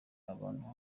abantu